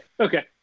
Okay